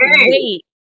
wait